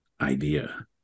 idea